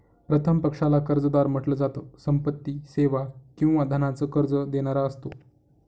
प्रथम पक्षाला कर्जदार म्हंटल जात, संपत्ती, सेवा किंवा धनाच कर्ज देणारा असतो